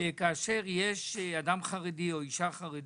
כאשר יש אדם חרדי, או אישה חרדית,